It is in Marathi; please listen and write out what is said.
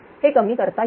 हे कमी करता येत नाही